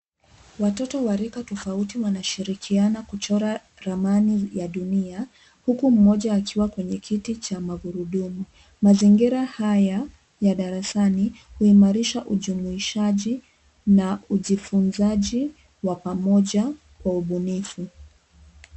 Watoto wa rika tofauti wanashirikiana kuchora ramani ya dunia, huku mmoja akiwa kwenye kiti cha magurudumu. Mazingira haya ya darasani, huimarisha ujumuishaji na ujifunzaji wa pamoja, kwa ubunifu.